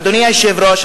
אדוני היושב-ראש,